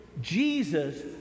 Jesus